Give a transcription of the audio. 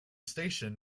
station